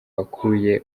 wakuye